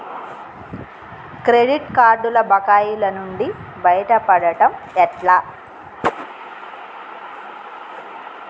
Credit కార్డుల బకాయిల నుండి బయటపడటం ఎట్లా?